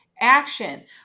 action